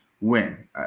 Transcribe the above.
win